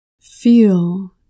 Feel